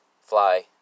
fly